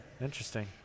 interesting